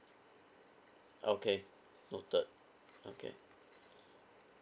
okay noted okay